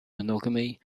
monogamy